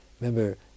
Remember